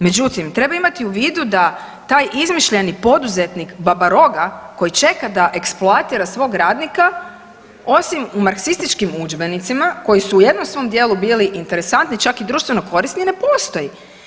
Međutim, treba imati u vidu da taj izmišljeni poduzetnik, baba roga koji čeka da eksploatira svog radnika osim u marksističkim udžbenicima koji su u jednom svom dijelu bili interesantni, čak i društveno korisni ne postoji.